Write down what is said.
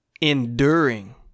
Enduring